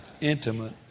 Intimate